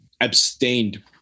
abstained